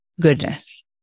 goodness